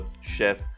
chef